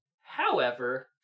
However-